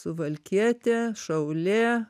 suvalkietė šaulė